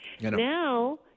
Now